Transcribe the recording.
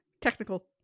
technical